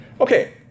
Okay